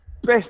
Best